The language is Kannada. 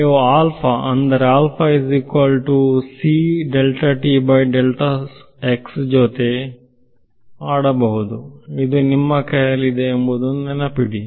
ನೀವು ಅಂದರೆ ಜೊತೆ ಆಡಬಹುದು ಇದು ನಿಮ್ಮ ಕೈಯಲ್ಲಿದೆ ಎಂಬುದನ್ನು ನೆನಪಿಡಿ